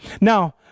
Now